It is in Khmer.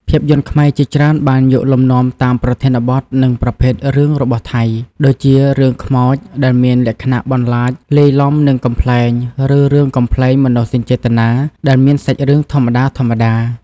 ភាពយន្តខ្មែរជាច្រើនបានយកលំនាំតាមប្រធានបទ និងប្រភេទរឿងរបស់ថៃ ដូចជារឿង ខ្មោច ដែលមានលក្ខណៈបន្លាចលាយឡំនឹងកំប្លែង ឬរឿង កំប្លែងមនោសញ្ចេតនា ដែលមានសាច់រឿងធម្មតាៗ។